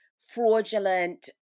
fraudulent